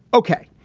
ok,